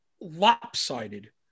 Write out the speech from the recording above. lopsided